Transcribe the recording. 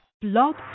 Blog